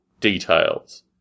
details